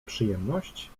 przyjemność